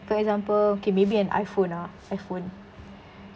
for example okay maybe an iPhone ah iPhone